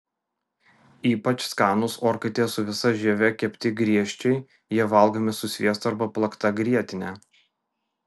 ypač skanus orkaitėje su visa žieve kepti griežčiai jie valgomi su sviestu arba plakta grietine